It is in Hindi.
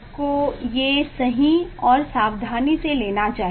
आपको ये सही और सावधानी से लेना चाहिए